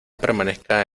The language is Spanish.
permanezca